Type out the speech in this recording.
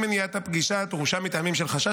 אם מניעת הפגישה דרושה מטעמים של חשש